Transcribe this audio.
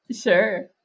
Sure